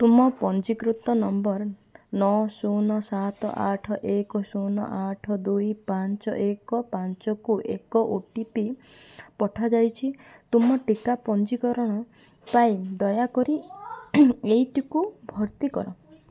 ତୁମ ପଞ୍ଜୀକୃତ ନମ୍ବର୍ ନଅ ଶୂନ ସାତ ଆଠ ଏକ ଶୂନ ଆଠ ଦୁଇ ପାଞ୍ଚ ଏକ ପାଞ୍ଚକୁ ଏକ ଓ ଟି ପି ପଠାଯାଇଛି ତୁମ ଟିକା ପଞ୍ଜୀକରଣ ପାଇଁ ଦୟାକରି ଏଇଟିକୁ ଭର୍ତ୍ତି କର